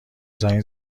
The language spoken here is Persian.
زنگ